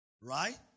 Right